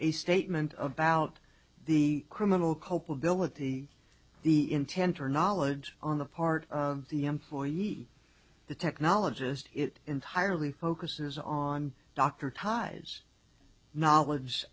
a statement about the criminal culpability the intent or knowledge on the part of the employee the technologist it entirely focuses on doctor ties knowledge